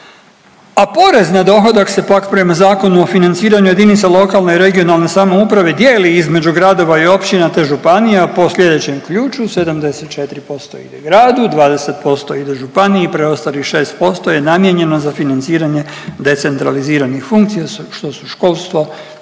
a porez na dohodak se pak prema Zakonu o financiranju jedinica lokalne i regionalne samouprave dijeli između gradova i općina, te županija po sljedećem ključu 74% ide gradu, 20% ide županiji, preostalih 6% je namijenjeno za financiranje decentraliziranih funkcija što su školstvo,